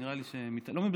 נראה לי שהם מתעלמים.